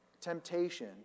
temptation